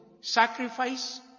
sacrifice